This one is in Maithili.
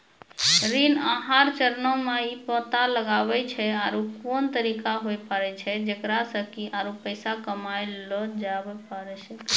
ऋण आहार चरणो मे इ पता लगाबै छै आरु कोन तरिका होय पाड़ै छै जेकरा से कि आरु पैसा कमयलो जाबै सकै छै